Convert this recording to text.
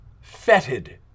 fetid